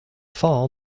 fall